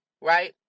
right